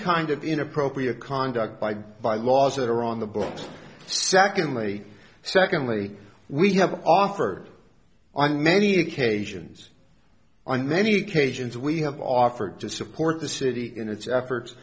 kind of inappropriate conduct by by laws that are on the books secondly secondly we have offered on many occasions on many occasions we have offered to support the city in its efforts